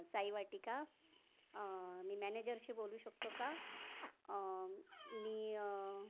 साई वाटिका मी मॅनेजरशी बोलू शकतो का मी